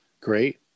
Great